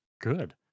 Good